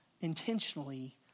Intentionally